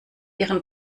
ihren